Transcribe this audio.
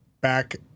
back